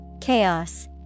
Chaos